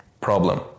problem